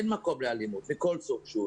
אין מקום לאלימות מכל סוג שהיא,